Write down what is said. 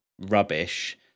rubbish